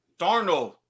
Darnold